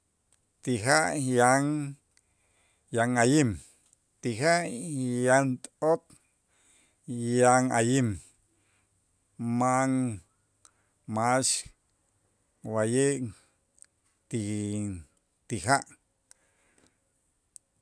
Ti ja' yan yan ayim, ti ja' yan t'ot, yan ayim ma'an max wa'ye' ti ti ja'.